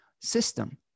system